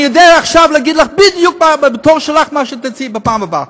אני יודע עכשיו להגיד לך בדיוק מה שתציעי בפעם הבאה.